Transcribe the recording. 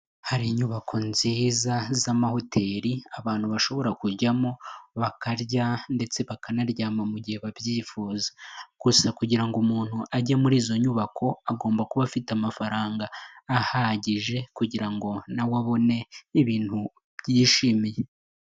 Hari inyubako nziza z'amahoteli abantu bashobora kujyamo bakarya ndetse bakanaryama mu gihe babyifuza, gusa kugira ngo umuntu ajye muri izo nyubako agomba kuba afite amafaranga ahagije kugira ngo nawe abone ibintu yishimiye.